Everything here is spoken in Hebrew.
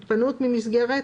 התפנות ממסגרת,